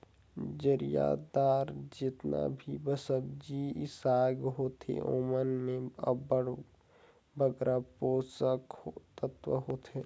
जरियादार जेतना भी सब्जी साग होथे ओमन में अब्बड़ बगरा पोसक तत्व होथे